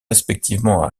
respectivement